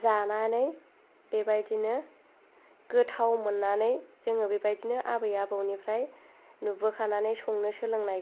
जानानै बेबायदिनो गोथाव मोननानै जोङो बेबायदिनो आबै आबौनिफ्राय नुबोखानानै संनो सोलोंना